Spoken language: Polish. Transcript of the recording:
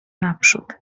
naprzód